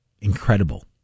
incredible